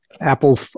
Apple